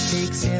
Takes